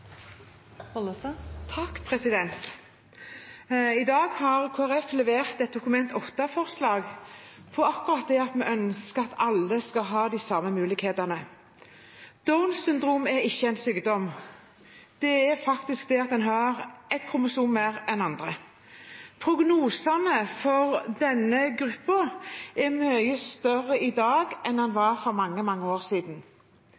I dag har Kristelig Folkeparti levert et Dokument 8-forslag om at vi ønsker at alle skal ha de samme mulighetene. Downs syndrom er ikke en sykdom, men at man har ett kromosom mer enn andre. Prognosene for denne gruppen er mye bedre i dag enn de var for mange år siden.